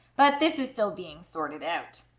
but this is still being sorted out.